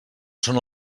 són